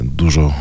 dużo